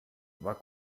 war